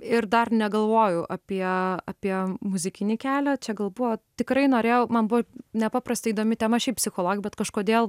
ir dar negalvojau apie apie muzikinį kelią čia gal buvo tikrai norėjau man buvo nepaprastai įdomi tema šiaip psichologija bet kažkodėl